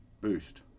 boost